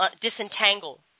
disentangle